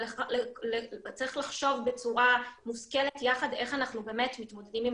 אבל צריך לחשוב בצורה מושכלת יחד איך אנחנו באמת מתמודדים עם